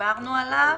שדיברנו עליו.